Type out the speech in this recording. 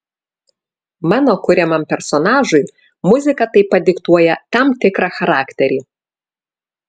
mano kuriamam personažui muzika taip pat diktuoja tam tikrą charakterį